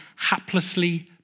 haplessly